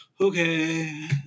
okay